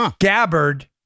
Gabbard